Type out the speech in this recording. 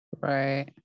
Right